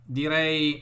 direi